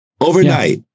overnight